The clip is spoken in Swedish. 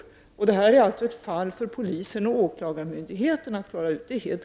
Det här är alltså ett fall för polisen och åklagarmyndigheten att klara ut.